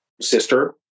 sister